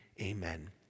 Amen